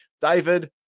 David